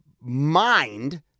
mind